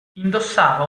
indossava